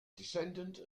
descendant